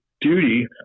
duty